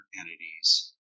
entities